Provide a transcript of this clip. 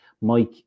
Mike